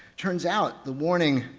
turns out the warning,